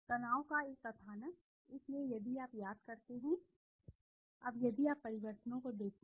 तनाव का एक कथानक इसलिए यदि आप याद करते हैं अब यदि आप परिवर्तनों को देखते हैं अब यदि आप यहाँ परिवर्तन को देखते हैं